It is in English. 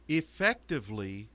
effectively